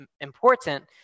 important